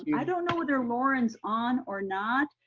i don't know whether lauren's on or not.